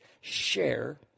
share